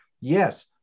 yes